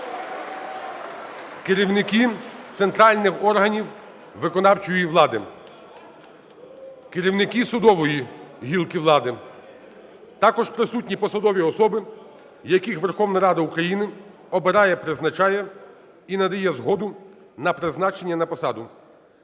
Керівники центральних органів виконавчої влади, керівники судової гілки влади, також присутні посадові особи, яких Верховна Рада України обирає, призначає і надає згоду на призначення на посаду,